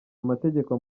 amategeko